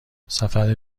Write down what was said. سفر